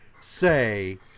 say